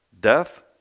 Death